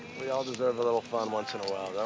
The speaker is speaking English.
we all deserve a little fun once in awhile,